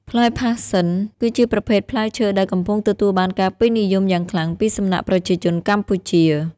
ផ្លែផាសសិន គឺជាប្រភេទផ្លែឈើដែលកំពុងទទួលបានការពេញនិយមយ៉ាងខ្លាំងពីសំណាក់ប្រជាជនកម្ពុជា។